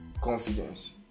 confidence